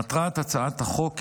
מטרת הצעת החוק,